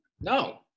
no